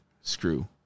screw